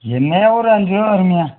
என்னையா ஒரு அஞ்சு ரூபா வரும்யா